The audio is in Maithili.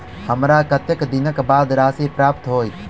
हमरा कत्तेक दिनक बाद राशि प्राप्त होइत?